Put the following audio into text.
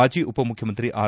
ಮಾಜಿ ಉಪ ಮುಖ್ಯಮಂತ್ರಿ ಆರ್